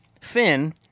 Finn